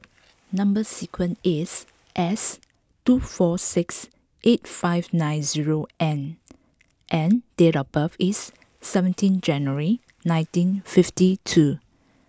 number sequence is S two four six eight five nine zero N and date of birth is seventeen January nineteen fifty two